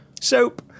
Soap